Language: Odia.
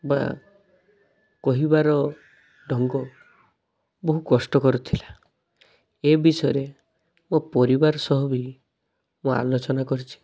ବା କହିବାର ଢଙ୍ଗ ବହୁ କଷ୍ଟକର ଥିଲା ଏ ବିଷୟରେ ଓ ପରିବାର ସହ ବି ମୁଁ ଆଲୋଚନା କରିଛି